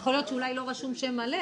יכול להיות שאולי לא רשום שם מלא,